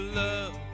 love